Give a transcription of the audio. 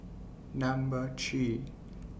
Number three